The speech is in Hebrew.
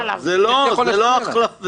זה לא מגן עליו.